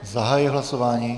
Zahajuji hlasování.